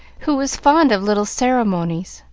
who was fond of little ceremonies,